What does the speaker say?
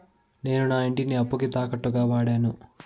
నేను నా ఇంటిని అప్పుకి తాకట్టుగా వాడాను